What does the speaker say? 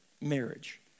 marriage